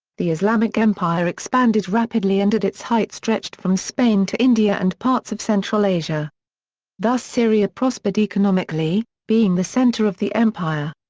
the islamic empire expanded rapidly and at its height stretched from spain to india and parts of central asia thus syria prospered economically, being the centre of the empire.